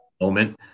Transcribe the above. moment